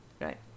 right